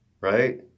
right